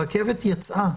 הרכבת יצאה.